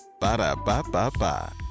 Ba-da-ba-ba-ba